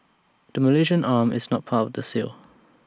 the Malaysian arm is not part of the sale